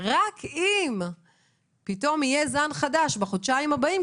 רק אם פתאום יהיה זן חדש בחודשיים הבאים,